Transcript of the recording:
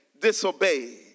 disobey